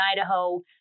Idaho